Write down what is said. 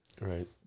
Right